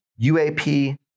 UAP